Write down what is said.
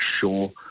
sure